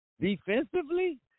defensively